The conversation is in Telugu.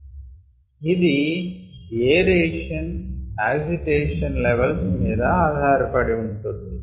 అది ఏరేషన్ యాజిటేషన్ లెవల్స్ మీద ఆధారపడి ఉంటుంది